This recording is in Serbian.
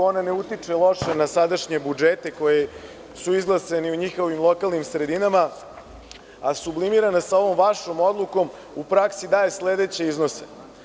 Ona ne utiče loše na sadanje budžete koji su izglasani u njihovim lokalnim sredinama, a sublimirana sa ovom vašom odlukom u praksi daje sledeće iznose.